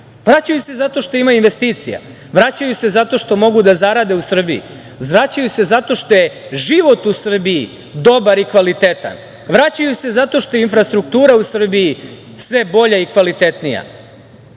Vraćaju se zato što ima investicija. Vraćaju se zato što mogu da zarade u Srbiji. Vraćaju se zato što je život u Srbiji dobar i kvalitetan. Vraćaju se zato što je infrastruktura u Srbiji sve bolja i kvalitetnija,